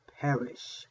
perish